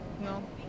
No